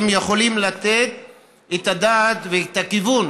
יכולים לתת את הדעת ואת הכיוון